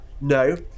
No